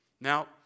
Now